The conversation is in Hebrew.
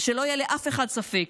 ושלא יהיה לאף אחד ספק